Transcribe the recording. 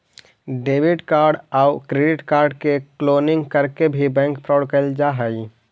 debit card आउ credit card के cloning करके भी बैंक फ्रॉड कैल जा हइ